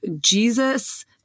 Jesus